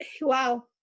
Wow